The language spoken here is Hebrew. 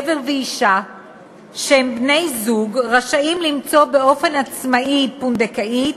גבר ואישה שהם בני-זוג רשאים למצוא באופן עצמאי פונדקאית,